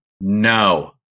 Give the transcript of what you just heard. no